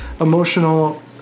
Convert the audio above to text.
emotional